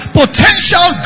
potential